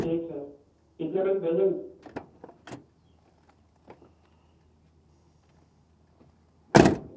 ठीक है कितना बजे भेजेंगी नमस्ते